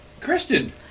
Kristen